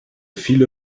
viele